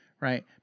right